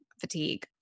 fatigue